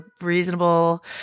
reasonable